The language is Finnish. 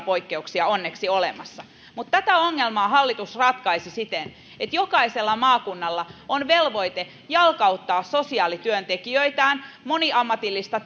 poikkeuksia onneksi olemassa tätä ongelmaa hallitus ratkaisi siten että jokaisella maakunnalla on velvoite jalkauttaa sosiaalityöntekijöitään moniammatillista